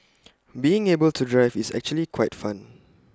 being able to drive is actually quite fun